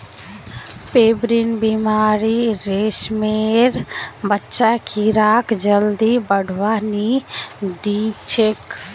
pebrine बीमारी रेशमेर बच्चा कीड़ाक जल्दी बढ़वा नी दिछेक